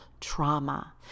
trauma